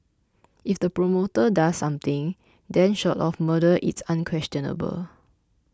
if the promoter does something then short of murder it's unquestionable